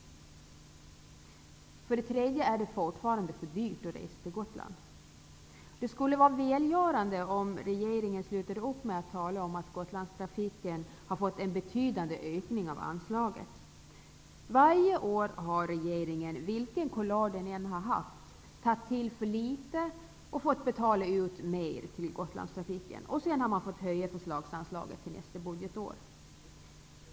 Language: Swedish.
För det tredje är det fortfarande för dyrt att resa till Gotland. Det skulle vara välgörande om regeringen slutade upp med att tala om att Gotlandstrafiken har fått en betydande ökning av anslaget. Varje år har regeringen, vilken kulör den än har haft, tagit till för litet och fått betala ut mer till Gotlandstrafiken. Sedan har man fått höja förslagsanslaget till nästa budgetår.